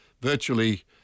virtually